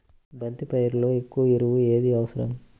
బంతి పైరులో ఎక్కువ ఎరువు ఏది అవసరం?